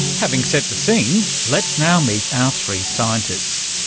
having set the scene, let's now meet our three scientists.